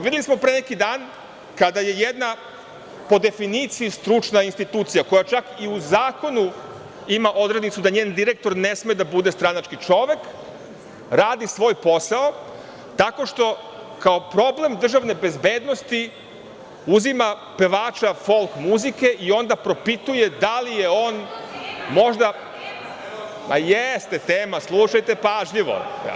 Videli smo pre neki dan, kada je jedna, po definiciji stručna institucija, koja čak i u Zakonu ima odrednicu da njen direktor ne sme da bude stranački čovek, radi svoj posao tako što kao problem Državne bezbednosti uzima pevača folk muzike i onda propituje da li je on možda… (Vladimir Orlić: Da li je to tema?) Jeste tema, slušajte pažljivo.